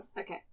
okay